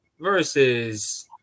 versus